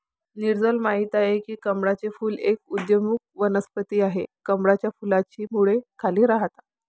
नीरजल माहित आहे की कमळाचे फूल एक उदयोन्मुख वनस्पती आहे, कमळाच्या फुलाची मुळे खाली राहतात